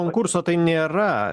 konkurso tai nėra